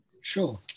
Sure